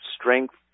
strength